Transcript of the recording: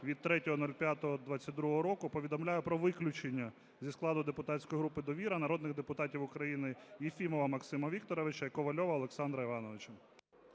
від 03.05.2022 року повідомляю про виключення зі складу депутатської групи довіра народних депутатів України Єфімова Максима Вікторовича і Ковальова Олександра Івановича.